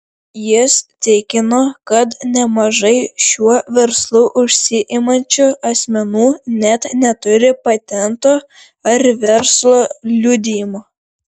jis tikino kad nemažai šiuo verslu užsiimančių asmenų net neturi patento ar verslo liudijimo